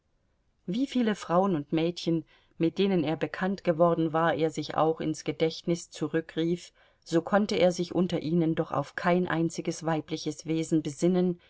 wie viele frauen und mädchen mit denen er bekannt geworden war er sich auch ins gedächtnis zurückrief so konnte er sich unter ihnen doch auf kein einziges weibliches wesen besinnen